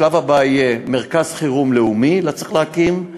השלב הבא יהיה מרכז חירום לאומי שצריך להקים,